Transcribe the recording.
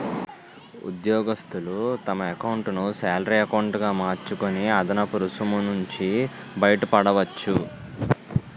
ఉద్యోగస్తులు తమ ఎకౌంటును శాలరీ ఎకౌంటు గా మార్చుకొని అదనపు రుసుము నుంచి బయటపడవచ్చు